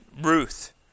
Ruth